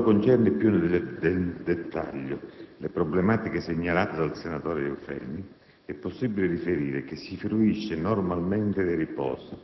Per quanto concerne, più nel dettaglio, le problematiche segnalate dal senatore Eufemi è possibile riferire che si fruisce normalmente dei riposi